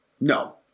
No